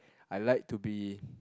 I like to be